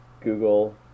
Google